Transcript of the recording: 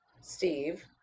Steve